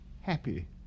happy